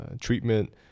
treatment